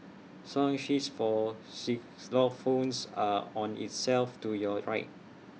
song sheets for xylophones are on IT shelf to your right